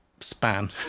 span